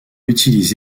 utilise